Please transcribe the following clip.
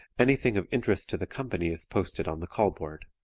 anything of interest to the company is posted on the call-board.